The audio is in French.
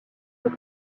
sous